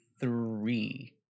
three